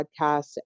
podcast